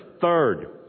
Third